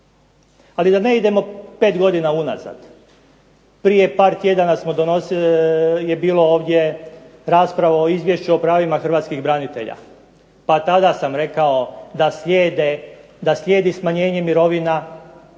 Ali da ne idemo pet godina unazad. Prije par tjedana je bilo ovdje rasprava o izvješću o pravima hrvatskih branitelja, pa tada sam rekao da slijedi smanjenje mirovina i